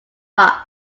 box